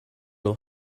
will